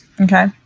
Okay